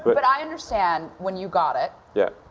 but but i understand when you got it yeah.